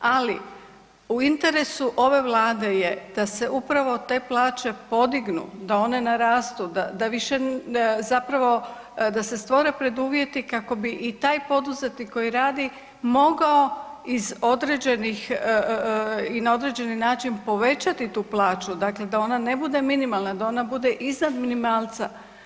Ali u interesu ove Vlade je da se upravo te plaće podignu, da one narastu, da više, zapravo da se stvore preduvjeti kako bi i taj poduzetnik koji radi mogao iz određenih i na određeni način povećati tu plaću dakle, da ona ne bude minimalna, da ona bude iznad minimalca.